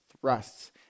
thrusts